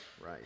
Right